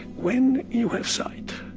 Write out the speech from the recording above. when you have sight,